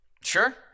Sure